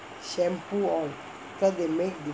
shampoo all because they make different